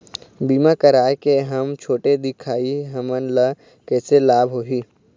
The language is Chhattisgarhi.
बीमा कराए के हम छोटे दिखाही हमन ला कैसे लाभ होही?